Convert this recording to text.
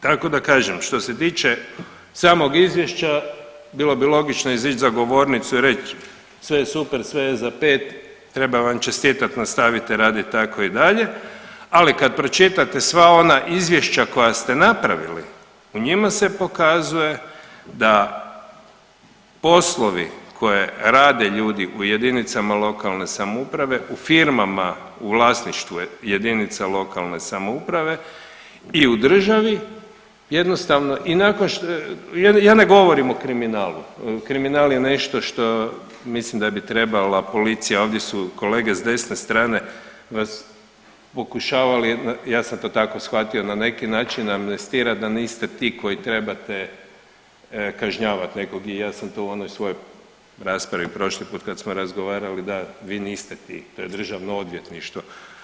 Tako da kažem što se tiče samog izvješća bilo bi logično izić za govornicu i reć sve je super, sve je za pet treba vam čestitat, nastavite radit tako i dalje, ali kad pročitate sva ona izvješća koja ste napravili u njima se pokazuje da poslovi koje rade ljudi u jedinicama lokalne samouprave u firmama u vlasništvu jedinica lokalne samouprave i u državi jednostavno, ja ne govorim o kriminalu, kriminal je nešto što mislim da bi trebala policija ovdje su kolege s desne strane vas pokušavali, ja sam to tako shvatio na neki način amnestira da niste ti koji trebate kažnjavat nekog i ja sam to u onoj svojoj raspravi prošli put kad smo razgovarali da vi niste ti, to je državno odvjetništvo.